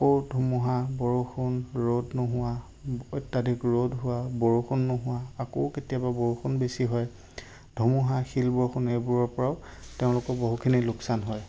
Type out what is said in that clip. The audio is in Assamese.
আকৌ ধুমুহা বৰষুণ ৰ'দ নোহোৱা অত্যাধিক ৰ'দ হোৱা বৰষুণ নোহোৱা আকৌ কেতিয়াবা বৰষুণ বেছি হয় ধুমুহা শিল বৰষুণ এইবোৰৰ পৰাও তেওঁলোকৰ বহুতখিনি লোকচান হয়